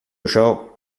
ciò